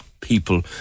people